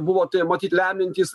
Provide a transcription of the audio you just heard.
buvo tai matyt lemiantys